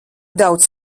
daudz